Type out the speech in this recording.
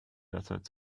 derzeit